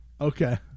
Okay